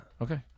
Okay